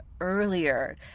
earlier